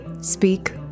Speak